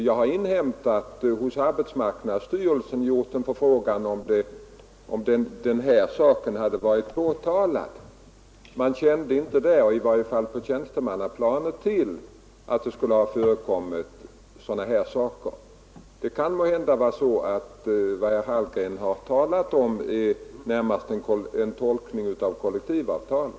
Jag har hos arbetsmarknadsstyrelsen gjort en förfrågan om huruvida det aktuella fallet hade varit påtalat. Man kände där i varje fall inte på tjänstemannaplanet till att det skulle ha förekommit fall av detta slag. Det kan måhända vara så att det som herr Hallgren talade om närmast gäller en tolkning av kollektivavtalet.